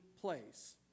place